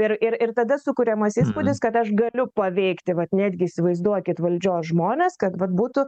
ir ir ir tada sukuriamas įspūdis kad aš galiu paveikti vat netgi įsivaizduokit valdžios žmones kad vat būtų